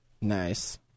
Nice